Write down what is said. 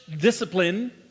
discipline